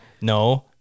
no